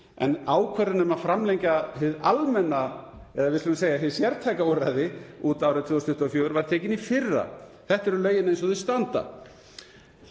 en ákvörðun um að framlengja hið almenna, eða við skulum segja hið sértæka úrræði út árið 2024 var tekin í fyrra. Þetta eru lögin eins og þau standa.